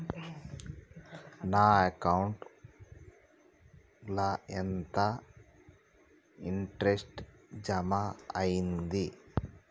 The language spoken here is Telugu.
నా అకౌంట్ ల ఎంత ఇంట్రెస్ట్ జమ అయ్యింది?